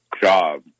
job